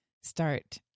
start